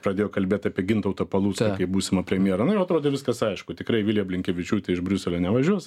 pradėjo kalbėt apie gintautą palucką kaip būsimą premjerą nu jau atrodė viskas aišku tikrai vilija blinkevičiūtė iš briuselio nevažiuos